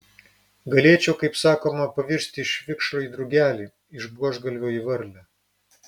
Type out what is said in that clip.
galėčiau kaip sakoma pavirsti iš vikšro į drugelį iš buožgalvio į varlę